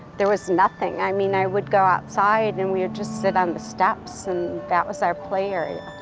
there was nothing, i mean, i would go outside and we would just sit on the steps and that was our play area.